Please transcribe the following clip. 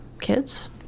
kids